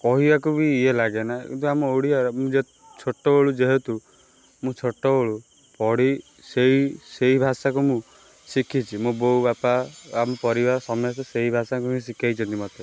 କହିବାକୁ ବି ଇଏ ଲାଗେନା କିନ୍ତୁ ଆମ ଓଡ଼ିଆ ଯେ ଛୋଟବେଳୁ ଯେହେତୁ ମୁଁ ଛୋଟବେଳୁ ପଢ଼ି ସେଇ ସେଇ ଭାଷାକୁ ମୁଁ ଶିଖିଛି ମୋ ବୋଉ ବାପା ଆମ ପରିବାର ସମସ୍ତେ ସେଇ ଭାଷାକୁ ହିଁ ଶିଖେଇଛନ୍ତି ମୋତେ